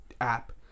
app